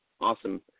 awesome